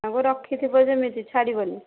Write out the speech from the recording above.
ତାଙ୍କୁ ରଖିଥିବ ଯେମିତି ଛାଡ଼ିବନି